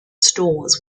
stores